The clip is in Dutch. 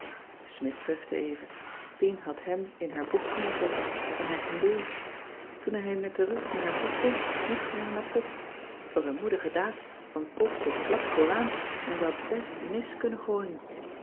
smidt pufte even pien had hem in haar boek gemoffeld en hij ging door toen hij met den rug naar haar toestond mikte ze hem naar pop t was een moedige daad want pop zit vlak vooraan en ze had best mis kunnen gooien